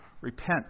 Repent